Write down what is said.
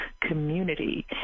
community